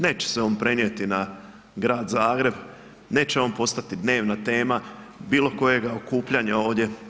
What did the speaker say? Neće se on prenijeti na grad Zagreb, neće on postati dnevna tema bilo kojega okupljanja ovdje.